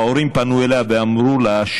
ההורים פנו אליה ואמרו לה: